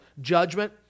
judgment